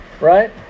Right